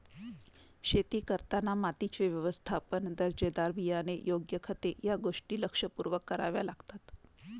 शेती करताना मातीचे व्यवस्थापन, दर्जेदार बियाणे, योग्य खते या गोष्टी लक्षपूर्वक कराव्या लागतात